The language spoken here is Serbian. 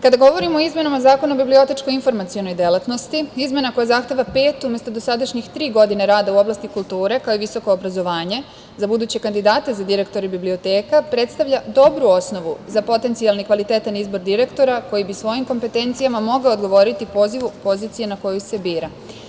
Kada govorimo i izmenama Zakona o bibliotečko-informacionoj delatnosti, izmena koja zahteva pet, umesto dosadašnjih tri, godine rada u oblasti kulture kao i visoko obrazovanje. za buduće kandidate za direktore biblioteka predstavlja dobru osnovu za potencijalan i kvalitetan izbor direktora koji bi svojim kompetencijama mogao odgovoriti pozivu/poziciji na koju se bira.